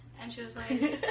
and she was like